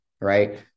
right